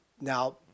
Now